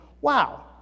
wow